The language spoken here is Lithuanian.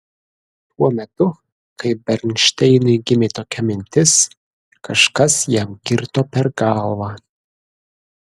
tuo metu kai bernšteinui gimė tokia mintis kažkas jam kirto per galvą